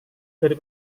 dari